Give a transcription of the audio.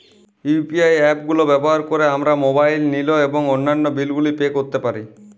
UPI app গুলো ব্যবহার করে আমরা মোবাইল নিল এবং অন্যান্য বিল গুলি পে করতে পারি